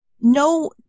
No